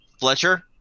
Fletcher